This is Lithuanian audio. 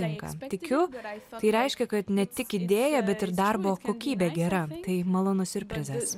tinka tikiu tai reiškia kad ne tik idėja bet ir darbo kokybė gera tai malonus siurprizas